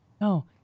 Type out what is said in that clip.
No